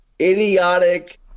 idiotic